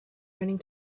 running